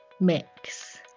mix